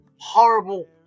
horrible